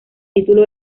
título